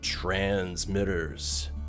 Transmitters